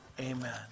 amen